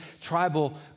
tribal